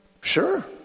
Sure